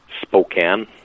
Spokane